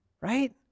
Right